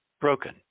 broken